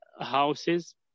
houses